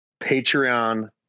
Patreon